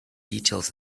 details